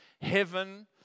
heaven